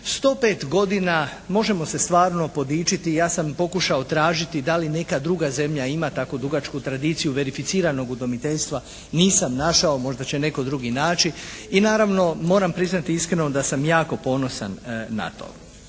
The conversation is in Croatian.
105 godina možemo se stvarno podičiti. Ja sam pokušao tražiti da li neka druga zemlja ima tako dugačku tradiciju verificiranog udomiteljstva. Nisam našao. Možda će netko drugi naći. I naravno moram priznati iskreno da sam jako ponosan na to.